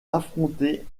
affronter